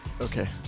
Okay